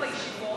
הכרתם בישיבות,